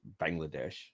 Bangladesh